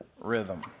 rhythm